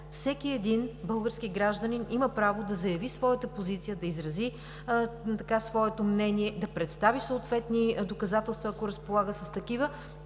всеки един български гражданин има право да заяви своята позиция, да изрази своето мнение, да представи съответни доказателства, ако разполага с такива,